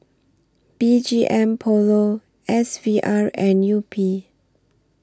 B G M Polo S V R and Yupi